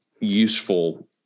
useful